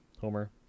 Homer